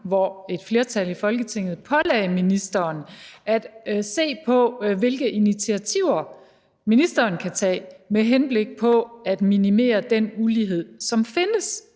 hvor et flertal i Folketinget pålagde ministeren at se på, hvilke initiativer ministeren kan tage med henblik på at minimere den ulighed, som findes